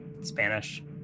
Spanish